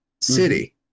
city